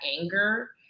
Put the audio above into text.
anger